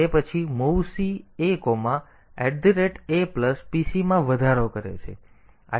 તેથી તે પછી movc a apc માં વધારો કરે છે